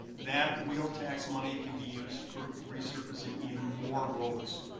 that wheel tax money can be used for resurfacing even more roads.